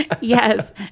Yes